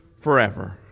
forever